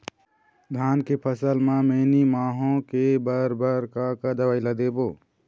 धान के फसल म मैनी माहो के बर बर का का दवई ला देबो?